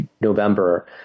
November